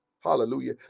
hallelujah